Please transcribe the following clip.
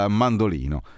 mandolino